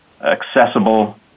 accessible